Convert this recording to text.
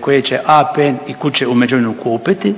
koje će APN i kuće u međuvremenu kupiti